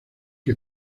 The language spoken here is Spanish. que